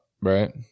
right